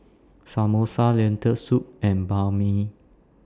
Samosa Lentil Soup and Banh MI